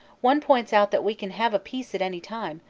one points out that we can have a peace at any time,